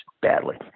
badly